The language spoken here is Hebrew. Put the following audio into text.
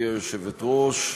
היושבת-ראש.